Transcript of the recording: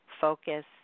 focus